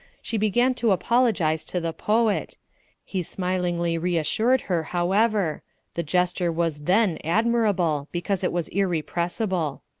she began to apologize to the poet he smilingly reassured her, however the gesture was then admirable, because it was irrepressible.